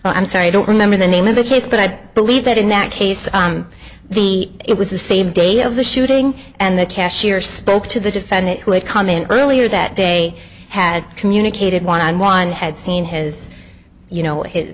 well i'm sorry i don't remember the name of the case but i believe that in that case the it was the same day of the shooting and the cashier spoke to the defendant who had come in earlier that day had communicated one on one had seen his you know his